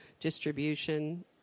distribution